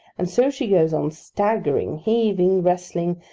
and so she goes on staggering, heaving, wrestling,